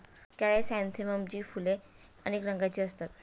क्रायसॅन्थेममची फुले अनेक रंगांची असतात